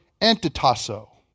antitasso